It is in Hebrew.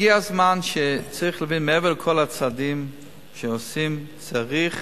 הגיע הזמן, מעבר לכל הצעדים שעושים, צריך